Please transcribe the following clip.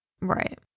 Right